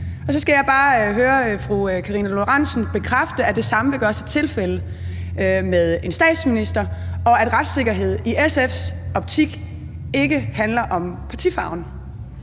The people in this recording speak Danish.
Så skal jeg bare høre fru Karina Lorentzen Dehnhardt bekræfte, at det samme vil gøre sig gældende med en statsminister, og at retssikkerhed i SF's optik ikke handler om partifarven.